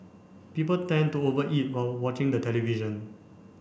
people tend to over eat while watching the television